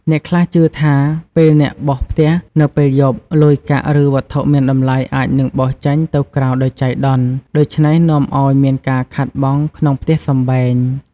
អ្នកខ្លះជឿថា ពេលអ្នកបោសផ្ទះនៅពេលយប់ លុយកាក់ឬវត្ថុមានតម្លៃអាចនឹងបោសចេញទៅក្រៅដោយចៃដន្យ ដូច្នេះនាំឱ្យមានការខាតបង់ក្នុងផ្ទះសម្បែង។